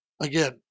Again